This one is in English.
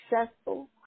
successful